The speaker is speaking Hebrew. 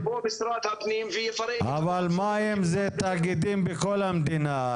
אז שיבוא משרד הפנים ויפרק --- אבל המים זה תאגידים בכל המדינה.